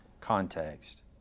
context